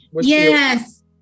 Yes